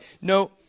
no